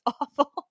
awful